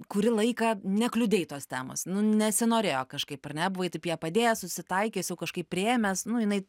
kurį laiką nekliudei tos temos nu nesinorėjo kažkaip ar ne buvai taip ją padėjęs susitaikęs jau kažkaip priėmęs nu jinai